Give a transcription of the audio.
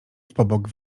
pobok